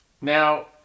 Now